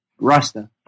Rasta